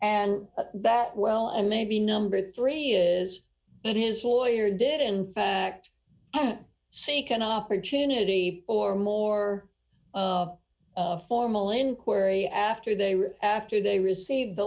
and that well and maybe number three is that his lawyer did in fact seek an opportunity or more formal inquiry after they were after they received a